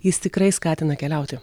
jis tikrai skatina keliauti